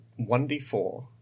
1d4